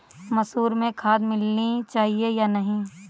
मसूर में खाद मिलनी चाहिए या नहीं?